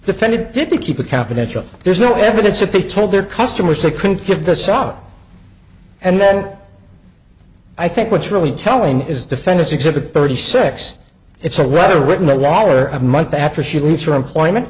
defendant did they keep it confidential there's no evidence that they told their customers they couldn't give this out and then i think what's really telling is defense exhibit thirty six it's a letter written by law were a month after she leaves her employment